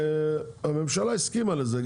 והממשלה הסכימה לזה.